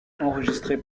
enregistré